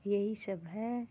यही सब है